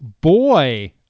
boy